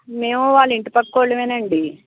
మేము వాళ్ళింటి పక్క వాళ్ళమేనండి